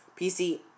PC